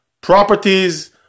properties